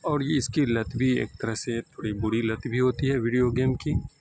اور یہ اس کی لت بھی ایک طرح سے تھوڑی بری لت بھی ہوتی ہے ویڈیو گیم کی